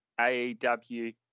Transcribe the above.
AEW